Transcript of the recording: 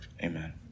amen